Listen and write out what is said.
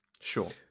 sure